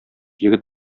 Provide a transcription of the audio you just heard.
егет